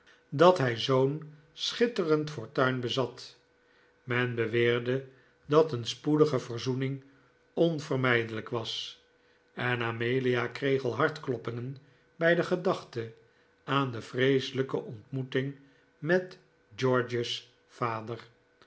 dat hij zoo'n schitterend fortuin bezat men beweerde dat een spoedige verzoening onvermijdelijk was en amelia kreeg al hartkloppingen bij de gedachte aan de vreeselijke ontmoeting met george's vader